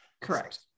Correct